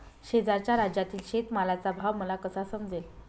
शेजारच्या राज्यातील शेतमालाचा भाव मला कसा समजेल?